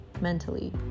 mentally